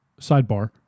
Sidebar